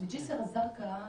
בג'סר א-זרקא,